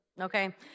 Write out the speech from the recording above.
okay